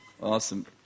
Awesome